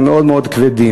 הם מאוד מאוד כבדים.